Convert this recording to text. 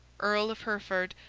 earl of hereford,